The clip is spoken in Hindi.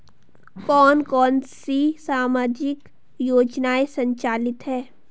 कौन कौनसी सामाजिक योजनाएँ संचालित है?